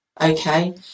Okay